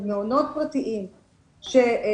אבל מעונות פרטיים שמוקמים,